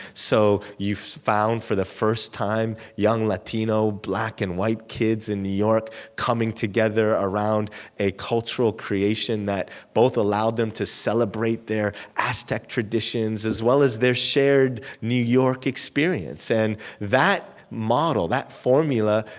so you found for the first time young latino, black, and white kids in new york coming together around a cultural creation that both allowed them to celebrate their aztec traditions as well as their shared new york experience. and that model, that formula,